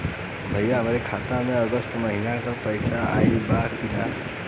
भईया हमरे खाता में अगस्त महीना क पैसा आईल बा की ना?